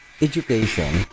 education